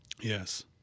Yes